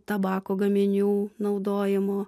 tabako gaminių naudojimo